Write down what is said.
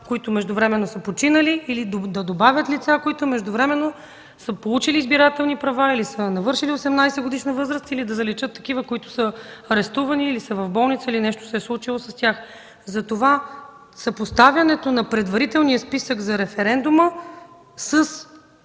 които междувременно са починали или да добавят лица, които междувременно са получили избирателни права или са навършили 18-годишна възраст, или да заличат такива, които са арестувани, били са в болница или нещо се е случило с тях. Затова съпоставянето на предварителния списък за референдума с